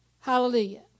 Hallelujah